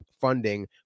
funding